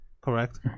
Correct